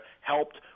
helped